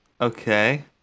Okay